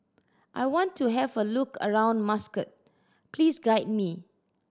I want to have a look around Muscat please guide me